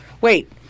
Wait